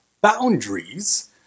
boundaries